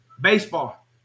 Baseball